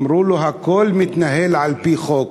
אמרו לו: הכול מתנהל על-פי חוק.